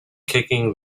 kicking